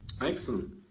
Excellent